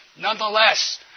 Nonetheless